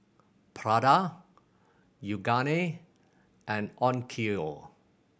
Prada Yoogane and Onkyo